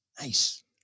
Nice